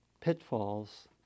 pitfalls